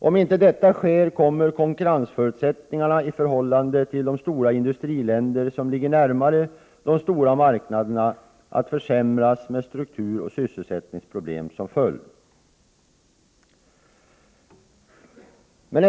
Om inte detta sker kommer konkurrensförutsättningarna i förhållande till de stora industriländer som ligger närmare de stora marknaderna att försämras med strukturoch sysselsättningsproblem som följd.